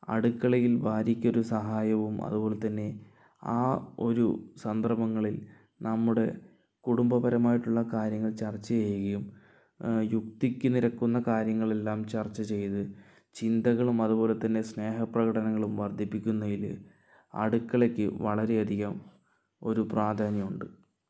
അടുക്കളയിൽ ഭാര്യക്ക് ഒരു സഹായവും അതുപോലതന്നെ ആ ഒരു സന്ദർഭങ്ങളിൽ നമ്മുടെ കുടുംബ പരമായിട്ടുള്ള കാര്യങ്ങൾ ചർച്ച ചെയ്യുകയും യുക്തിക്ക് നിരക്കുന്ന കാര്യങ്ങളെല്ലാം ചർച്ച ചെയ്ത് ചിന്തകളും അതുപോല തന്നെ സ്നേഹപ്രകടനങ്ങളും വർദ്ധിപ്പിക്കുന്നതില് അടുക്കളയ്ക്ക് വളരെ അധികം ഒരു പ്രാധാന്യം ഉണ്ട്